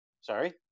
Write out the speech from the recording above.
Sorry